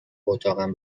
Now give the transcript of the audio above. اتاقم